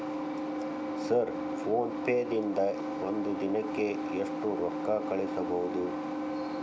Sir PhonePe ದಿಂದ ಒಂದು ದಿನಕ್ಕೆ ಎಷ್ಟು ರೊಕ್ಕಾ ಕಳಿಸಬಹುದು?